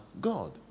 God